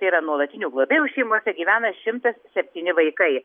tai yra nuolatinių globėjų šeimose gyvena šimtas septyni vaikai